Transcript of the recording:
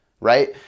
right